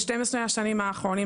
ב-12 השנים האחרונות,